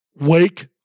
wake